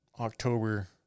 October